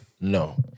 No